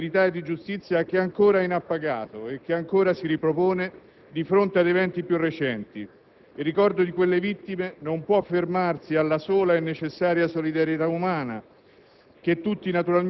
Un desiderio di verità e di giustizia che è ancora inappagato e che si ripropone di fronte ad eventi più recenti. Il ricordo di quelle vittime non può fermarsi alla sola e necessaria solidarietà umana,